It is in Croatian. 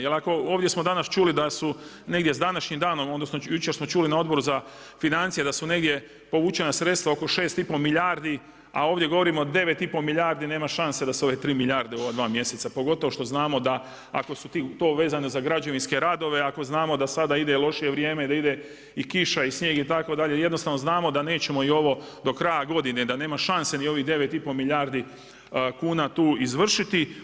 Jer ako, ovdje smo danas čuli da su negdje s današnjim danom, odnosno jučer smo čuli na Odboru za financije da su negdje povučena sredstva oko 6 i pol milijardi, a ovdje govorimo o 9 i pol milijardi, nema šanse da se ove 3 milijarde u ova dva mjeseca pogotovo što znamo da ako su to vezano za građevinske radove, ako znamo da sada ide lošije vrijeme da ide i kiša i snijeg itd. jednostavno znamo da nećemo i ovo do kraja godine da nema šanse ni ovih 9 i pol milijardi kuna tu izvršiti.